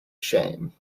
shame